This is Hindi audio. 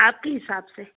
आपके हिसाब से